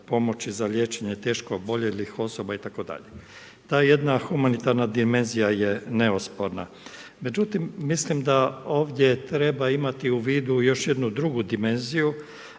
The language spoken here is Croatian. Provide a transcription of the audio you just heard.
pomoći za liječenje teško oboljelih osoba itd. Ta jedna humanitarna dimenzija je neosporna. Međutim, mislim da ovdje treba imati u vidu još jednu drugu dimenziju,